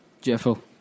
Jeffo